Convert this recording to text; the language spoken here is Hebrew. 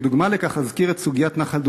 כדוגמה לכך אזכיר את סוגיית נחל דודאים,